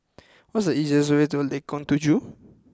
what is the easiest way to Lengkong Tujuh